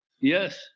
Yes